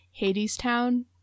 Hadestown